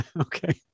Okay